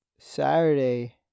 Saturday